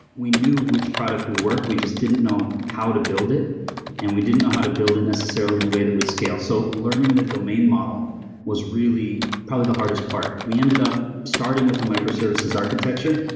we knew which product will work. we just didn't know how to build it and we didn't know how to build it necessarily in a way that would scale. so learning the domain model was really probably the hardest part. we ended up starting with a micro services architecture,